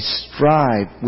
strive